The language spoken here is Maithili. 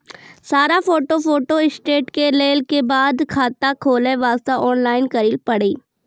सारा फोटो फोटोस्टेट लेल के बाद खाता खोले वास्ते ऑनलाइन करिल पड़ी?